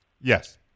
Yes